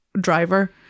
driver